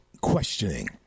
questioning